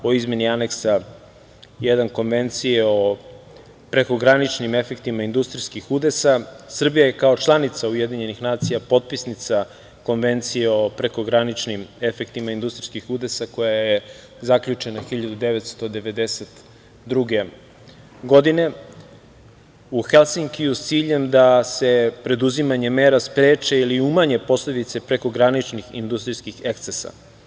2 o izmeni Aneksa 1 Konvencije o prekograničnim efektima industrijskih udesa Srbija je kao članica UN potpisnica Konvencije o prekograničnim efektima industrijskih udesa koja je zaključena 1992. godine u Helsinhiju sa ciljem da se preduzimanjem mera spreče ili umanje posledice prekograničnih industrijskih ekscesa.